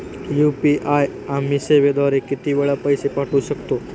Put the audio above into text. UPI आम्ही सेवेद्वारे किती वेळा पैसे पाठवू शकतो?